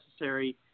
necessary